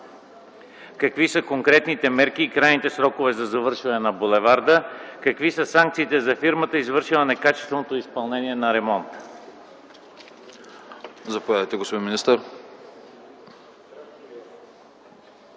какви са конкретните мерки и крайните срокове за завършване на булеварда? Какви са санкциите за фирмата, извършила некачественото изпълнение на ремонта?